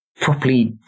properly